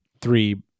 three